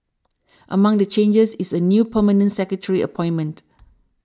among the changes is a new Permanent Secretary appointment